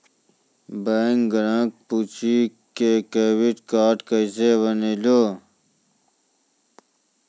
Bank ग्राहक पुछी की क्रेडिट कार्ड केसे बनेल?